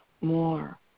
more